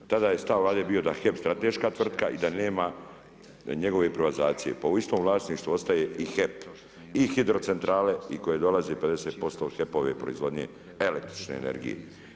Tada je stav Vlade bio da je HEP strateška tvrtka i da nema njegove i privatizacije, pa u istom vlasništvu ostaje i HEP i hidrocentrale i koje dolaze 50% HEP-ove proizvodnje električne energije.